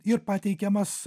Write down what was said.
ir pateikiamas